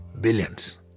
billions